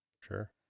Sure